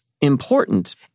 important